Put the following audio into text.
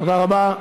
תודה רבה.